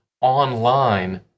online